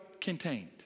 contained